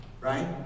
right